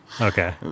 Okay